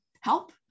help